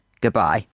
Goodbye